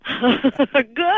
Good